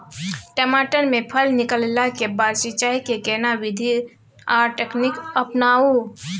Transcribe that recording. टमाटर में फल निकलला के बाद सिंचाई के केना विधी आर तकनीक अपनाऊ?